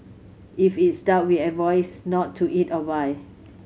if it's dark we a voice not to eat or buy